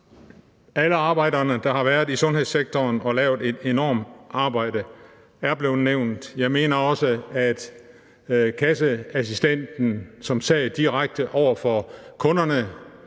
alle arbejderne, der har været i sundhedssektoren og lavet et enormt arbejde, er blevet nævnt, jeg mener også, at kasseassistenten, som sad direkte over for kunderne,